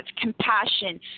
compassion